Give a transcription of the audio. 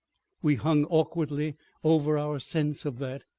we hung awkwardly over our sense of that.